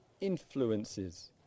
influences